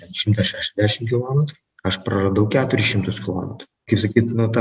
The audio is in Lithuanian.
ten šimtą šešiasdešim kilometrų aš praradau keturis šimtus kilomet kaip sakyt nu ta